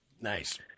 Nice